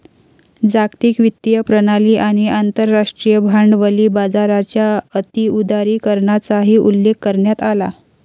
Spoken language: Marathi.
जागतिक वित्तीय प्रणाली आणि आंतरराष्ट्रीय भांडवली बाजाराच्या अति उदारीकरणाचाही उल्लेख करण्यात आला